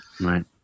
Right